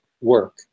work